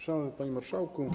Szanowny Panie Marszałku!